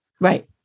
Right